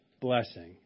blessing